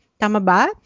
tamaba